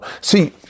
See